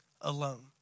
alone